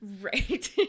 Right